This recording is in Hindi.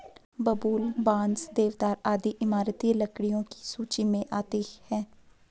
बबूल, बांस, देवदार आदि इमारती लकड़ियों की सूची मे आती है